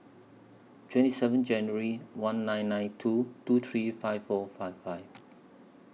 twenty seven January one nine nine two two three five four five five